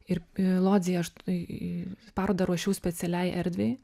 ir lodzėje aš tai parodą ruošiau specialiai erdvei